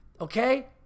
Okay